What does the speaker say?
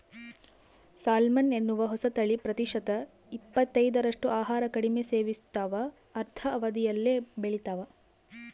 salmon ಎನ್ನುವ ಹೊಸತಳಿ ಪ್ರತಿಶತ ಇಪ್ಪತ್ತೈದರಷ್ಟು ಆಹಾರ ಕಡಿಮೆ ಸೇವಿಸ್ತಾವ ಅರ್ಧ ಅವಧಿಯಲ್ಲೇ ಬೆಳಿತಾವ